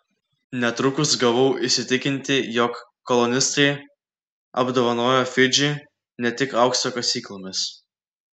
netrukus gavau įsitikinti jog kolonistai apdovanojo fidžį ne tik aukso kasyklomis